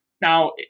Now